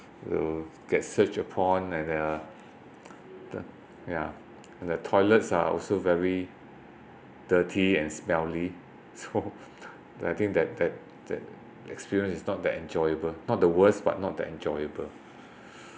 to get searched upon and uh the ya and the toilets are also very dirty and smelly so I think that that that experience is not that enjoyable not the worst but not that enjoyable